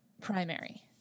primary